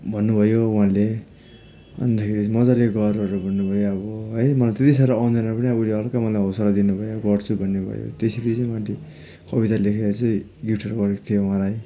भन्नुभयो उहाँले अन्तखेरि मजाले गरहरू भन्नुभयो अब है मलाई त्यति साह्रो आउँदैन पनि अब उसले हल्का मलाई हौसला दिनुभयो गर्छु भन्ने भयो त्यसरी चाहिँ मैले कविता लेखेर चाहिँ गिफ्टहरू गरेको थिएँ उहाँलाई